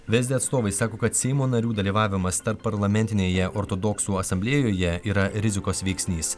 vsd atstovai sako kad seimo narių dalyvavimas tarpparlamentinėje ortodoksų asamblėjoje yra rizikos veiksnys